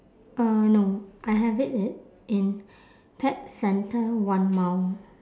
uh no I have it it in pet centre one mile